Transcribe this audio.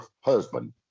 husband